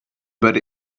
but